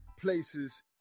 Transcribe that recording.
places